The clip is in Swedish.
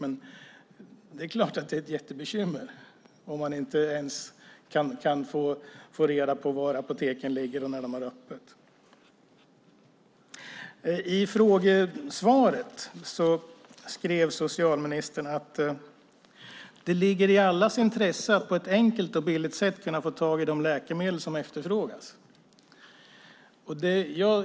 Men det är klart att det är ett jättebekymmer om man inte ens kan få reda på var apoteken ligger och när de har öppet. I interpellationssvaret sade socialministern: "Det ligger i allas intresse att på ett enkelt och billigt sätt kunna få tag i de läkemedel som efterfrågas."